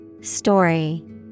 Story